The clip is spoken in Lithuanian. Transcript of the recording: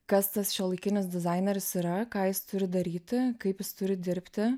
kas tas šiuolaikinis dizaineris yra ką jis turi daryti kaip jis turi dirbti